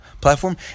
platform